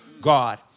God